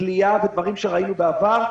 תלייה ודברים שראינו בעבר,